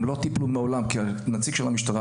הם לא טיפלו מעולם כי נציג המשטרה,